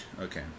okay